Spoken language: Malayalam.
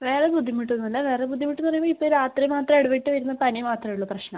വേറെ ബുദ്ധിമുട്ടൊന്നുമില്ല വേറെ ബുദ്ധിമുട്ട് എന്നു പറയുമ്പോൾ ഇപ്പോൾ രാത്രി മാത്രം ഇടവിട്ട് വരുന്ന പനി മാത്രമേ ഉള്ളൂ പ്രശ്നം